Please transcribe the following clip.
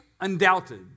undoubted